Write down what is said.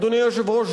אדוני היושב-ראש,